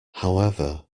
however